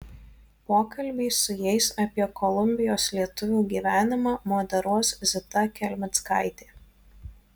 pokalbį su jais apie kolumbijos lietuvių gyvenimą moderuos zita kelmickaitė